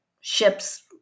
ships